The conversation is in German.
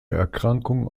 erkrankung